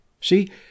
see